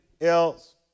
else